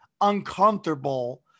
uncomfortable